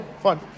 Fun